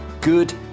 good